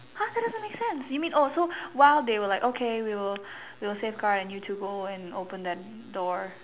!huh! that doesn't make sense you mean oh so while they were like okay we will we will safeguard while you two go and open that door